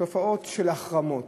תופעות של החרמות,